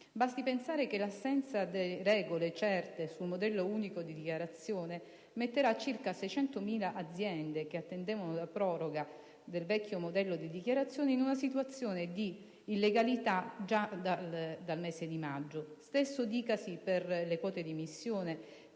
Basti pensare che l'assenza di regole certe sul modello unico di dichiarazione metterà circa 600.000 aziende che attendevano la proroga del vecchio modello di dichiarazione in una situazione di illegalità già dal mese di maggio. Lo stesso dicasi per le quote di emissione